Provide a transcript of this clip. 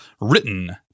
written